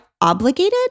obligated